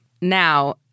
Now